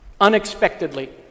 unexpectedly